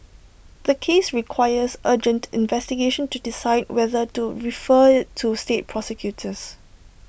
the case requires urgent investigation to decide whether to refer IT to state prosecutors